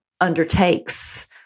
undertakes